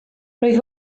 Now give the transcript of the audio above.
rwyf